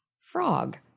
frog